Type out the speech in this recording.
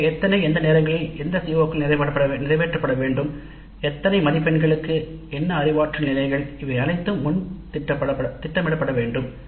எனவே எத்தனை எந்த நேரங்களில் சிஓக்கள் எவை நிறைவேற்றப்பட வேண்டும் எத்தனை மதிப்பெண்களுக்கு என்ன அறிவாற்றல் நிலைகள் இவை அனைத்தும் முன் திட்டமிடப்பட வேண்டும்